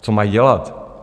Co mají dělat?